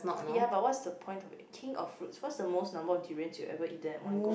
ya what's the point to make king of fruits what's the most number of durians you have ever eaten at one go